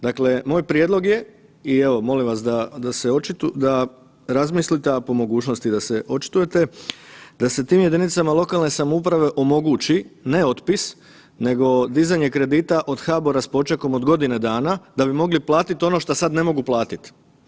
Dakle, moj prijedlog je i evo molim vas da razmislite, a po mogućnosti da se očitujete, da se tim jedinicama lokalne samouprave omogući ne otpis nego dizanje kredita od HBOR-a s počekom od godine dana da bi mogli platiti ono šta sad ne mogu platit.